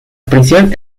prisión